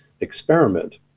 experiment